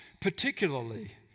particularly